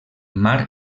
mar